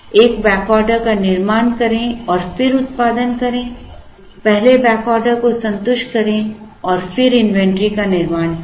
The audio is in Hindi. एक बैकऑर्डर का निर्माण करें और फिर उत्पादन करें पहले बैकऑर्डर को संतुष्ट करें और फिर इन्वेंट्री का निर्माण करें